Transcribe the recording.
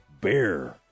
Bear